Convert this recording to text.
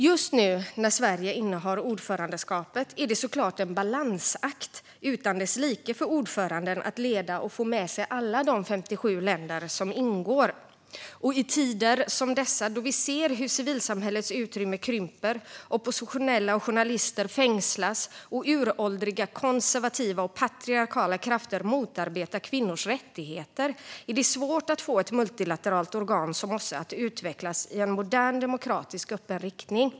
Just nu när Sverige innehar ordförandeskapet är det såklart en balansakt utan dess like för ordföranden att leda och få med sig alla de 57 länder som ingår. I tider som dessa, då vi ser hur civilsamhällets utrymme krymper, oppositionella och journalister fängslas och uråldriga konservativa och patriarkala krafter motarbetar kvinnors rättigheter, är det svårt att få ett multilateralt organ som OSSE att utvecklas i en modern, demokratiskt öppen riktning.